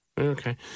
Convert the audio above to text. Okay